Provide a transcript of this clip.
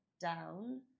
down